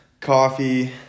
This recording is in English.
coffee